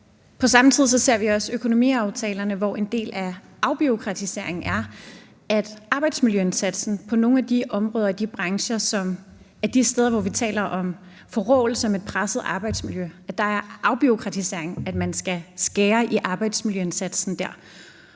På samme tid ser vi også økonomiaftalerne, hvor en del af afbureaukratiseringen er, at arbejdsmiljøindsatsen på nogle af de områder og i de brancher, som er de steder, hvor vi taler om forråelse og presset arbejdsmiljø, er afbureaukratisering, at man skal skære i arbejdsmiljøindsatsen.